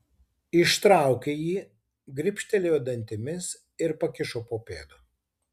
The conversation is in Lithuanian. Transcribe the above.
ištraukė jį gribštelėjo dantimis ir pakišo po pėdu